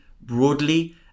broadly